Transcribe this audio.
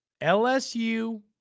LSU